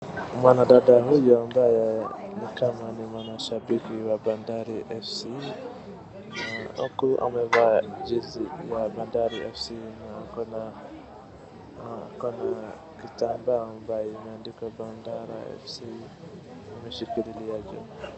mwanadada huyu ambaye ni kama mwashabiki wa Bandari FC huku amevaa jezi ya Bandari FC na ako na, ako na kitambaa ambaye imeandikwa Bandari FC ameshikililia juu.